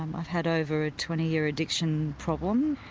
um i've had over a twenty year addiction problem,